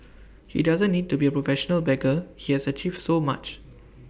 he doesn't need to be A professional beggar he has achieved so much